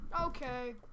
Okay